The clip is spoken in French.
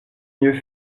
mieux